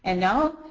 and now,